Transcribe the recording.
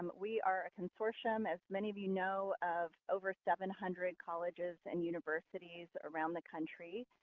we are a consortium, as many of you know, of over seven hundred colleges and universities around the country.